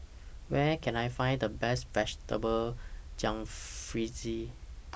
Where Can I Find The Best Vegetable Jalfrezi